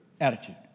attitude